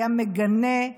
היה מגנה,